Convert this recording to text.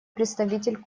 представитель